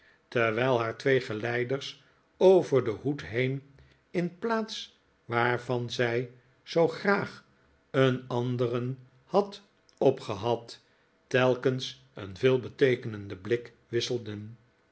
terwijl haar twee geleiders over den hoed heen in plaats waarvan zij zoo graag een anderen had opgehad telkens een veelbeteekenenden blik wisselden